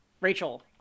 Rachel